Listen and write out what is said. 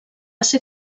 ser